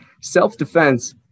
Self-defense